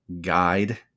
guide